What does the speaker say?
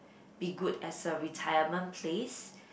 be good as a retirement place